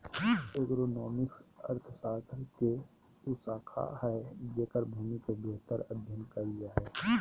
agronomics अर्थशास्त्र के उ शाखा हइ जेकर भूमि के बेहतर अध्यन कायल जा हइ